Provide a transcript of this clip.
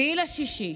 7 ביוני: